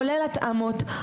כולל התאמות,